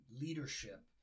leadership